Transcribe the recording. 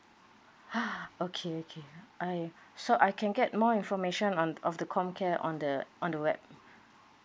!huh! okay okay I so I can get more information on of the comcare on the on the web